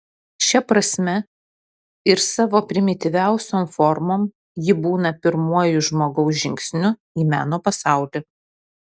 šia prasme ir savo primityviausiom formom ji būna pirmuoju žmogaus žingsniu į meno pasaulį